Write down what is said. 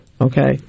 Okay